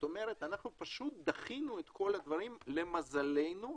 דחינו את כל הדברים למזלנו,